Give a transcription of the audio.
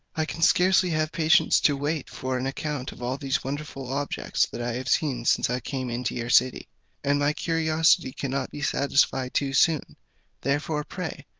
i can scarcely have patience to wait for an account of all these wonderful objects that i have seen since i came into your city and my curiosity cannot be satisfied too soon therefore pray,